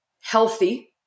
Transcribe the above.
healthy